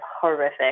horrific